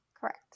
Correct